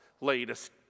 latest